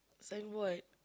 signboard